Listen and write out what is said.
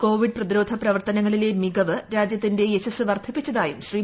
Covid പ്രതിരോധ പ്രവർത്തനങ്ങളിലെ മികവ് രാജ്യത്തിന്റെ യശസ്സ് വർദ്ധിപ്പിച്ചതായും ശ്രീ